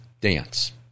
dance